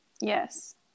yes